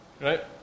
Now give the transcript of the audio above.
right